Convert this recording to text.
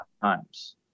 times